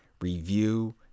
review